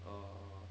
err